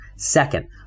Second